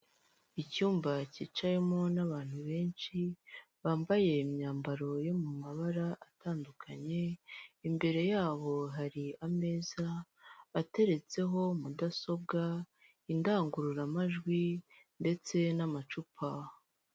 Icyumba cyicawemo n'abantu benshi bambaye imyambaro yo mu mabara atandukanye, imbere yabo hari ameza ateretseho mudasobwa, indangururamajwi ndetse n'amacupa.